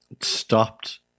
stopped